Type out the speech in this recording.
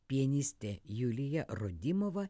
pianistė julija rodimova